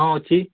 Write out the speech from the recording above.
ହଁ ଅଛି